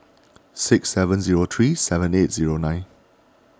six seven zero three seven eight zero nine